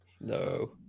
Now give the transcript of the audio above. No